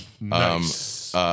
Nice